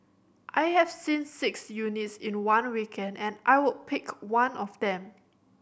I have seen six units in one weekend and I would pick one of them